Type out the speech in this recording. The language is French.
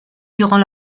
durant